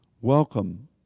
welcome